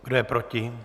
Kdo je proti?